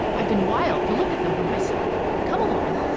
i've been wild to look at them for myself. come along!